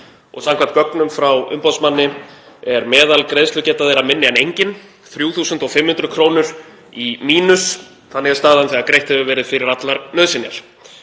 og samkvæmt gögnum frá umboðsmanni er meðalgreiðslugeta þeirra minni en engin, 3.500 kr. í mínus, þannig er staðan þegar greitt hefur verið fyrir allar nauðsynjar.